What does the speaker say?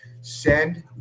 Send